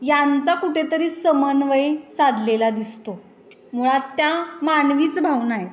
यांचा कुठेतरी समन्वय साधलेला दिसतो मुळात त्या मानवीच भावना आहे